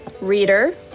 Reader